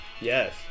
Yes